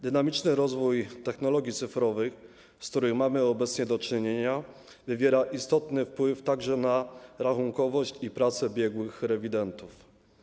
Dynamiczny rozwój technologii cyfrowych, z którym mamy obecnie do czynienia, wywiera istotny wpływ także na rachunkowość i pracę biegłych rewidentów.